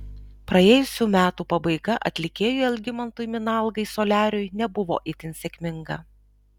praėjusių metų pabaiga atlikėjui algimantui minalgai soliariui nebuvo itin sėkminga